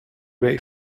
way